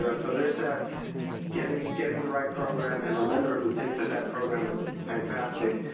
so so there's that getting getting the right program and the lender who thinks that that program is fantastic,